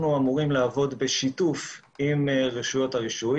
אנחנו אמורים לעבוד בשיתוף עם רשויות הרישוי.